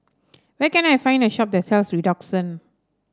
where can I find a shop that sells Redoxon